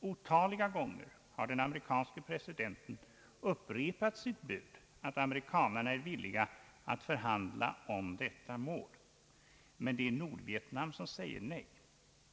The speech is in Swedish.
Otaliga gånger har den amerikanske presidenten upprepat sitt bud att amerikanerna är villiga att förhandla om detta mål. Men det är Nordvietnam som säger nej.